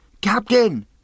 Captain